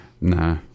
Nah